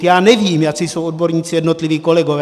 Já nevím, jací jsou odborníci jednotliví kolegové.